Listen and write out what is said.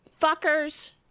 fuckers